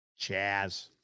Chaz